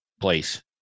place